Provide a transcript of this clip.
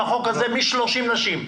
מ-30 נשים.